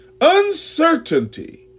uncertainty